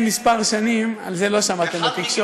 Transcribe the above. תודה רבה.